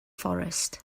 forest